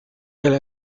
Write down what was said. elle